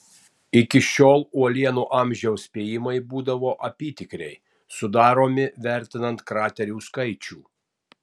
iki šiol uolienų amžiaus spėjimai būdavo apytikriai sudaromi vertinant kraterių skaičių